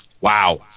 Wow